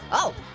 oh,